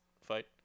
fight